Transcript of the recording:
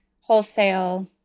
wholesale